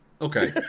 Okay